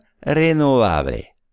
renovable